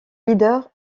leader